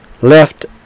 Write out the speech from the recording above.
left